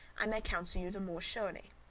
i may counsel you the more surely.